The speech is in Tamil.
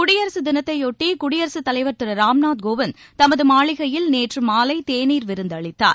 குடியரசு தினத்தையொட்டி குடியரசு தலைவர் திரு ராம்நாத் கோவிந்த் தமது மாளிகையில் நேற்று மாலை தேநீர் விருந்தளித்தார்